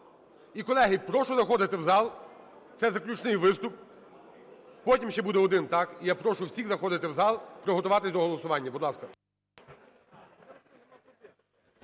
І, колеги, прошу заходити в зал, це заключний виступ, потім ще буде один, так, і я прошу всіх заходити в зал, приготуватися до голосування. Будь ласка.